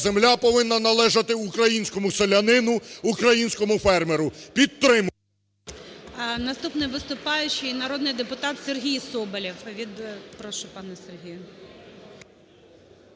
земля повинна належати українському селянину, українському фермеру. . ГОЛОВУЮЧИЙ. Наступний виступаючий – народний депутат Сергій Соболєв від... Прошу, пане Сергію.